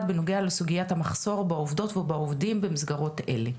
בנוגע לסוגיית המחסור בעובדות ובעובדים במסגרות אלה.